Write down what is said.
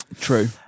True